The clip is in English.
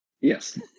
Yes